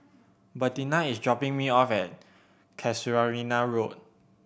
Bettina is dropping me off at Casuarina Road